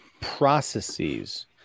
processes